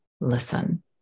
listen